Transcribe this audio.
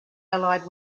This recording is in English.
allied